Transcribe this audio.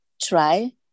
try